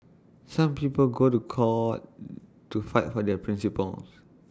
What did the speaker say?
some people go to court to fight for their principles